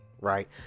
right